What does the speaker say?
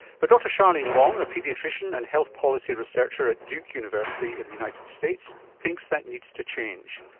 but dr charlene wong, a paediatrician and health policy researcher at duke university in the united states thinks that needs to change.